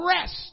rest